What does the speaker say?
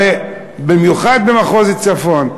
הרי במיוחד במחוז הצפון,